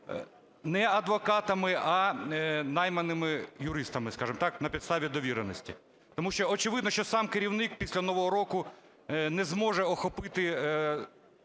не адвокатами, а найманими юристами, скажемо так, на підставі довіреності. Тому що очевидно, що сам керівник після нового року не зможе охопити,